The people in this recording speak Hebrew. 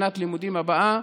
שנת הלימודים הבאה,